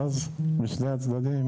ואז זו בעיה משני הצדדים.